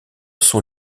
sont